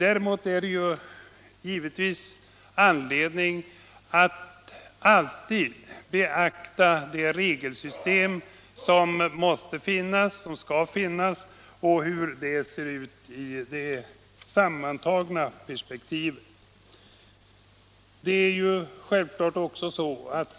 Däremot finns det givetvis skäl att alltid beakta hur det regelsystem som måste finnas ser ut i det sammantagna rättsperspektivet.